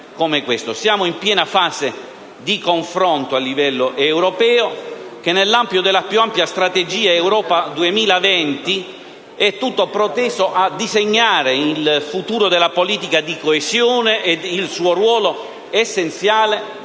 Siamo in piena fase di confronto a livello europeo, confronto che, nell'ambito della più ampia Strategia Europa 2020, è tutto proteso a disegnare il futuro della politica di coesione ed il suo ruolo essenziale